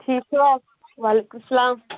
ٹھیٖک چھُو حظ وعلیکم السلام